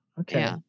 Okay